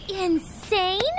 insane